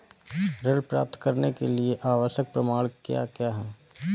ऋण प्राप्त करने के लिए आवश्यक प्रमाण क्या क्या हैं?